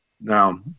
Now